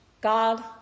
God